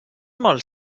molt